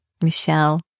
michelle